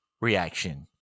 reaction